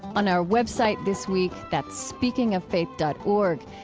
on our website this week, that's speakingoffaith dot org,